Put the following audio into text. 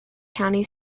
county